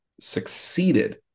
succeeded